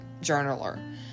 journaler